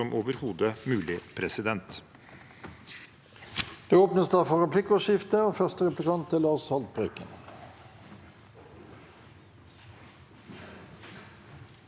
som overhodet mulig. Presidenten